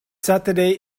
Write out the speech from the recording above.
saturday